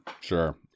sure